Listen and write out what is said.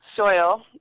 soil